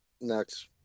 next